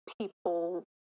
people